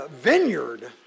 vineyard